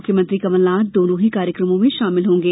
मुख्यमंत्री कमलनाथ दोनों ही कार्यक्रमों में शामिल होंगे